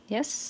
Yes